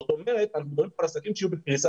זאת אומרת אנחנו מדברים פה על עסקים שיהיו בקריסה.